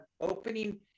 opening